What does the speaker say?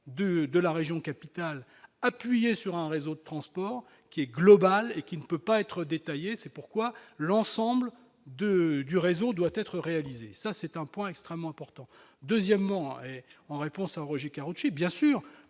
de la capitale, appuyer sur un réseau de transport qui est global et qui ne peut pas être détaillées, c'est pourquoi l'ensemble de du réseau doit être réalisé, ça c'est un point extrêmement important, deuxièmement et en réponse à Roger Karoutchi, bien sûr,